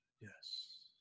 Yes